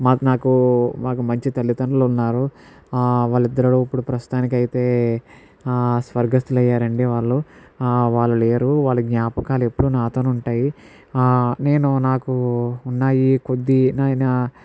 మాకు నాకు మాకు మంచి తల్లిదండ్రులు ఉన్నారు ఆ వాళ్ళిద్దరూ ఇప్పుడు ప్రస్తుతానికి అయితే ఆ స్వర్గస్తులయ్యారండి వాళ్ళు ఆ వాళ్ళు లేరు వాళ్ళ జ్ఞాపకాలు ఎప్పుడూ నాతోనే ఉంటాయి ఆ నేను నాకు ఉన్నాయి కొద్ది నాయన